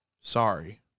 sorry